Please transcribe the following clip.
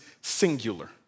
singular